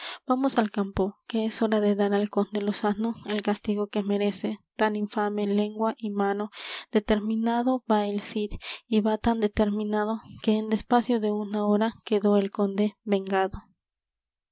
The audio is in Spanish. vamos al campo que es hora de dar al conde lozano el castigo que merece tan infame lengua y mano determinado va el cid y va tan determinado que en espacio de una hora quedó del conde vengado